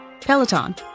Peloton